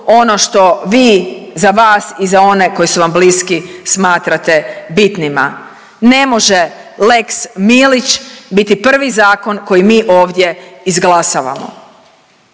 ono što vi za vas i za one koji su vam bliski smatrate bitnima. Ne može lex Milić biti prvi zakon koji mi ovdje izglasavamo.